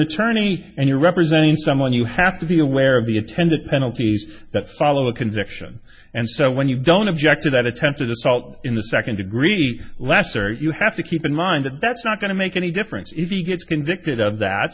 attorney and you're representing someone you have to be aware of the attendant penalties that follow a conviction and so when you don't object to that attempted assault in the second degree lesser you have to keep in mind that that's not going to make any difference if he gets convicted of that